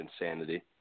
insanity